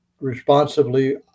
responsibly